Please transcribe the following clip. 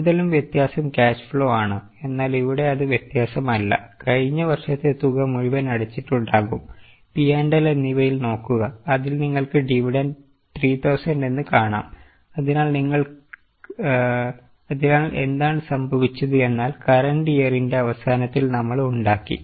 കൂടുതലും വ്യത്യാസം cash flow ആണ് എന്നാൽ ഇവിടെ അത് വ്യത്യാസമല്ല കഴിഞ്ഞ വർഷത്തെ തുക മുഴുവൻ അടച്ചിട്ടുണ്ടാകും P and L എന്നിവയും നോക്കുക അതിൽ നിങ്ങൾക്ക് ഡിവിടെൻഡ് അവസാനത്തിൽ നമ്മൾ ഉണ്ടാക്കി